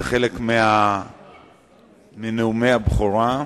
זה חלק מנאומי הבכורה.